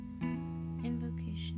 Invocation